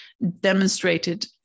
demonstrated